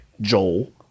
Joel